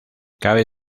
cabe